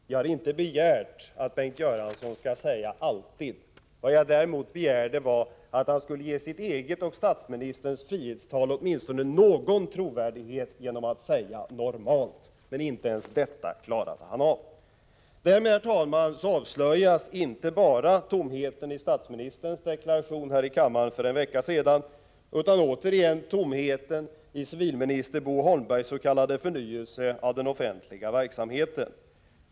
Herr talman! Jag har inte begärt att Bengt Göransson skall säga ”alltid”. Vad jag däremot begärde var att han skulle ge sitt eget och statsministerns frihetstal åtminstone någon trovärdighet genom att säga ”normalt”, men inte ens detta klarade han av. Därmed, herr talman, avslöjas inte bara tomheten i statsministerns deklaration här i kammaren för en vecka sedan utan också på nytt tomheten i civilminister Bo Holmbergs tal om s.k. förnyelse i den offentliga verksamheten.